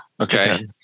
okay